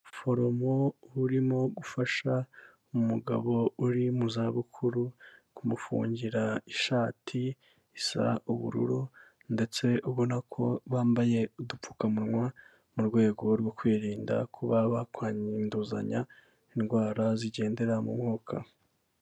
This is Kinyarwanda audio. Umuforomo urimo gufasha umugabo uri mu za bukuru, kumufungira ishati isa ubururu, ndetse ubona ko bambaye udupfukamunwa mu rwego rwo kwirinda kuba ba kwanduzanya indwara zigendera mu mwuka.